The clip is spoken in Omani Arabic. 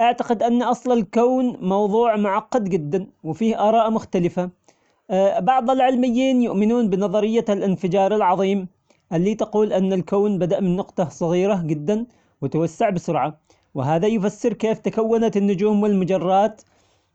أعتقد أن أصل الكون موظوع معقد جدا، وفيه أراء مختلفة، بعض العلميين يؤمنون بنظرية الإنفجار العظيم اللي تقول أن الكون بدأ من نقطة صغيرة جدا وتوسع بسرعة، وهذا يفسر كيف تكونت النجوم والمجرات،